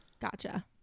Gotcha